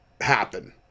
happen